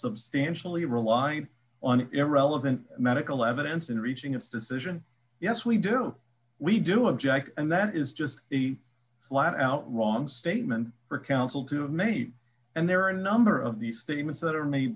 substantially rely on irrelevant medical evidence in reaching its decision yes we do we do object and that is just a flat out wrong statement for counsel to me and there are a number of these statements that are made